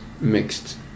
mixed